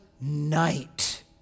night